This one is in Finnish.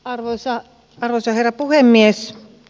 arvoisa herra puhemies